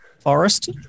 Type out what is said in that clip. forest